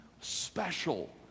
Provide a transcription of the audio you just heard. special